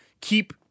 keep